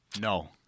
No